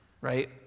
right